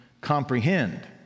comprehend